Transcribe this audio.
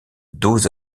dos